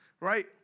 right